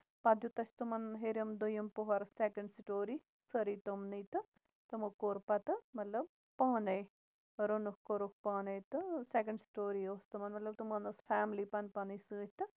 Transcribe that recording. پَتہٕ دیُت اَسہِ تِمَن ہیٚرِم دوٚیِم پٔہوٚر سیکَنڈ سٔٹوری سٲرٕے تِمنٕے تہٕ تِمَو کوٚر پَتہٕ مطلب پانَے رونُکھ کورُکھ پانَے تہٕ سیکَنڈ سٔٹوری اوس تِمَن مطلب تِمَن ٲس فیملی پنٕنۍ پَنٕنۍ سۭتۍ تہٕ